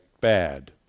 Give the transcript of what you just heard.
bad